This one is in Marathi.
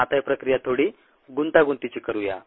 आता ही प्रक्रिया थोडी गुंतागुंतीची करूया